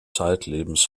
zeitlebens